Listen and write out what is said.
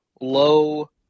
low